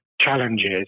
challenges